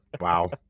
wow